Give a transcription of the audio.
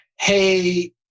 hey